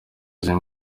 z’uyu